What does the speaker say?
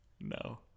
no